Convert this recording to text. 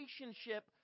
relationship